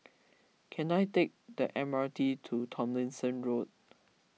can I take the M R T to Tomlinson Road